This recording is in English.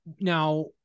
Now